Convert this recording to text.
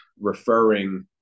referring